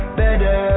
better